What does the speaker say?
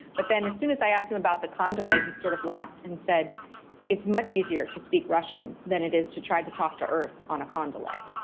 but then as soon as i asked him about the com delay he sort of laughed and said it's much easier to speak russian than it is try to talk to earth on a com delay.